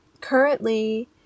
Currently